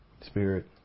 Spirit